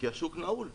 כי השוק נעול.